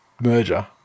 merger